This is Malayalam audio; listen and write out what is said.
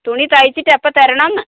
തുണി തയിച്ചിട്ട് എപ്പോൾ തരണമെന്ന്